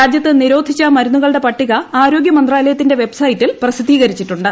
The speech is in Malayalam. രാജ്യത്ത് നിരോധിച്ച മരുന്നുകളുടെ പട്ടിക ആരോഗ്യമന്ത്രാലയത്തിന്റെ വെബ്സൈറ്റിൽ പ്രസിദ്ധീകരിച്ചിട്ടുണ്ട്